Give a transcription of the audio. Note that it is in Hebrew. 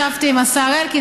ישבתי עם השר אלקין,